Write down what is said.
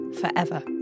forever